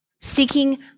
Seeking